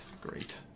great